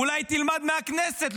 אולי תלמד מהכנסת,